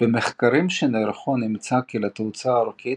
במחקרים שנערכו נמצא כי לתאוצה האורכית